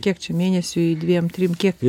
kiek čia mėnesiui dviem trim kiek